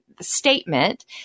statement